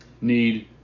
need